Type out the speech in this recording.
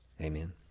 Amen